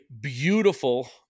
beautiful